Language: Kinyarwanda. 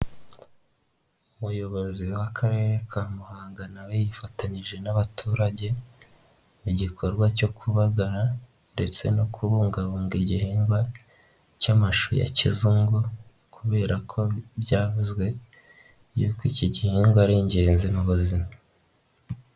Umuyobozi w'Akarere ka Muhanga nawe yifatanyije n'abaturage, mu gikorwa cyo kubagara ndetse no kubungabunga igihingwa cy'amashu ya kizungu kubera ko byavuzwe yuko iki gihingwa ari ingenzi mu buzima.